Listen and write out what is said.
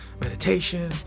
meditation